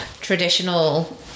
traditional